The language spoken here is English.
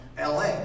LA